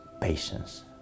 patience